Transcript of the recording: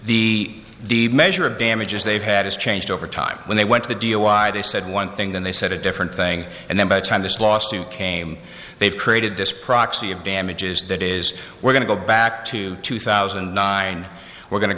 the the measure of damages they've had is changed over time when they went to deal why they said one thing and they said a different thing and then by the time this lawsuit came they've created this proxy of damages that is we're going to go back to two thousand and nine we're go